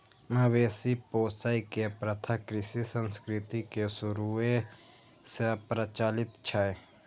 मवेशी पोसै के प्रथा कृषि संस्कृति के शुरूए सं प्रचलित छै